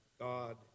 God